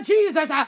Jesus